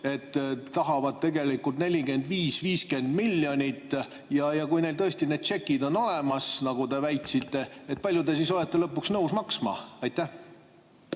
et tahavad tegelikult 45–50 miljonit. Kui neil tõesti need tšekid on olemas, nagu te väitsite[, et on vaja], siis kui palju te olete lõpuks nõus maksma? Aitäh!